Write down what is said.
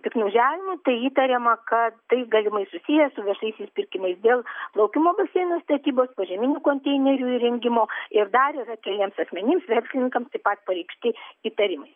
piktnaudžiavimu tai įtariama kad tai galimai susiję su viešaisiais pirkimais dėl plaukimo baseino statybos požeminių konteinerių įrengimo ir dar yra keliems asmenims verslininkams taip pat pareikšti įtarimai